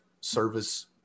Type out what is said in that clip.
service